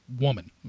woman